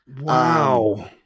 Wow